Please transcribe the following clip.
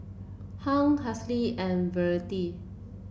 Hung Halsey and Verlyn